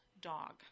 dog